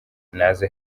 naze